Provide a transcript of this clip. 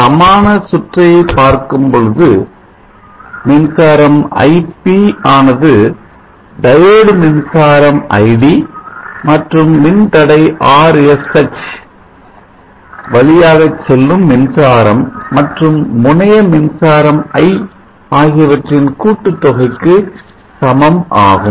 சமான சுற்றை பார்க்கும் பொழுது மின்சாரம் ip ஆனது diode மின்சாரம் id மற்றும் மின்தடை Rsh வழியாகச் செல்லும் மின்சாரம் மற்றும் முனைய மின்சாரம் i ஆகியவற்றின் கூட்டுத் தொகைக்கு சமம் ஆகும்